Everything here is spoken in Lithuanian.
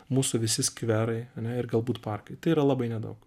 mūsų visi skverai ir galbūt parkai tai yra labai nedaug